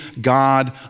God